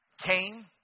came